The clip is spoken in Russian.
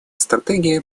стратегия